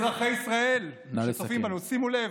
אזרחי ישראל שצופים בנו שימו לב,